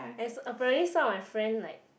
and apparently some of my friend like